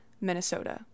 Minnesota